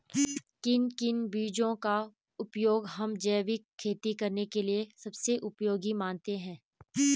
किन किन बीजों का उपयोग हम जैविक खेती करने के लिए सबसे उपयोगी मानते हैं?